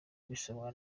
bisomwa